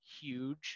Huge